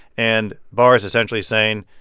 and barr is essentially saying,